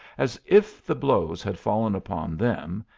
as if the blows had fallen upon them,